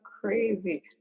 crazy